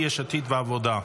הממלכתי, יש עתיד והעבודה.